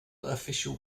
official